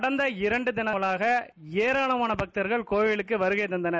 கடந்த இரண்டு தினங்களாக ஏராளமான பக்தர்கள் கோவிலக்கு வருகை தந்தனர்